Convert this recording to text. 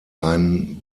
einen